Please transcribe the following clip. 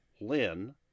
Lynn